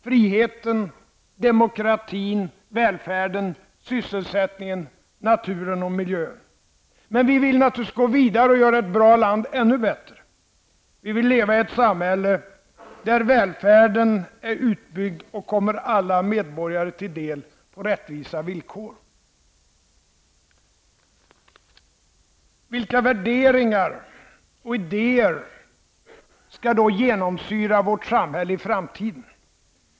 Friheten, demokratin, välfärden, sysselsättningen, naturen och miljön. Men vi vill naturligtvis gå vidare och göra ett bra land ännu bättre. Vi vill leva i ett samhälle där välfärden är utbyggd och kommer alla medborgare till del på rättvisa villkor. Vilka värderingar och idéer skall då genomsyra vårt samhälle i framtiden?